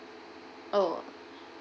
oh